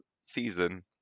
season